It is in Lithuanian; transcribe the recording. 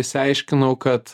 išsiaiškinau kad